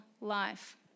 life